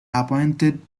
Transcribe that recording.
appointed